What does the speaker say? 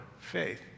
faith